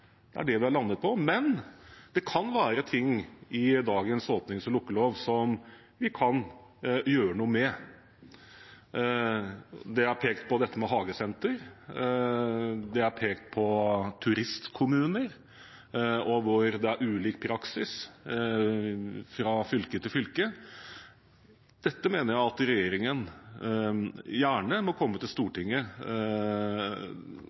det er det vi har landet på. Men det kan være ting i dagens åpnings- og lukkelov som vi kan gjøre noe med. Det er pekt på dette med hagesenter, det er pekt på turistkommuner og der det er ulik praksis fra fylke til fylke. Dette mener jeg at regjeringen gjerne må komme til